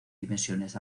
dimensiones